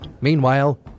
Meanwhile